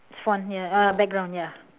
it's one here uh background ya